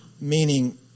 meaning